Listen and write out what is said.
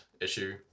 issue